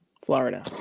Florida